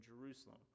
Jerusalem